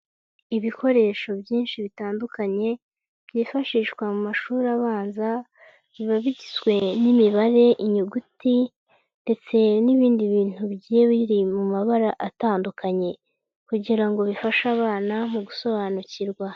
Ibikoresho byinshi bitandukanye, byifashishwa mu mashuri abanza, biba bigizwe n'imibare inyuguti ndetse n'ibindi bintu biri mu mabara atandukanye kugira ngo bifashe abana mu gusobanukirwa.